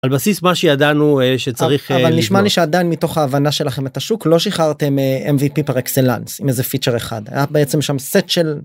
על בסיס מה שידענו שצריך אבל נשמע לי שעדיין מתוך ההבנה שלכם את השוק לא שחררתם mvp פר אקסלאנס עם איזה פיצ'ר אחד היה בעצם שם סט של.